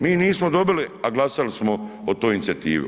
Mi nismo dobili a glasali smo o toj inicijativi.